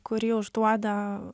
kurį užduoda